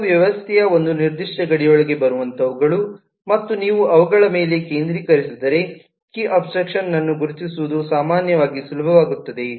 ಯಾವುವು ವ್ಯವಸ್ಥೆಯ ಒಂದು ನಿರ್ದಿಷ್ಟ ಗಡಿಯೊಳಗೆ ಬರುವಂತಹವುಗಳು ಮತ್ತು ನೀವು ಅವುಗಳ ಮೇಲೆ ಕೇಂದ್ರೀಕರಿಸಿದರೆ ಕೀ ಅಬ್ಸ್ಟ್ರಾಕ್ಷನ್ ನನ್ನು ಗುರುತಿಸುವುದು ಸಾಮಾನ್ಯವಾಗಿ ಸುಲಭವಾಗುತ್ತದೆ